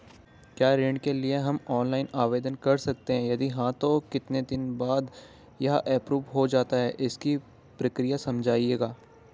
क्या ऋण के लिए हम ऑनलाइन आवेदन कर सकते हैं यदि हाँ तो कितने दिन बाद यह एप्रूव हो जाता है इसकी प्रक्रिया समझाइएगा?